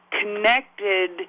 connected